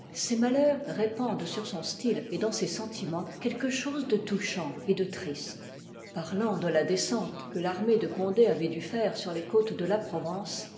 ses malheurs répandent sur son liv m style et dans ses sentimens quelque chose de touchant et de triste parlant de la descente que l'armée de condé avoit dû faire sur les côtes de la provence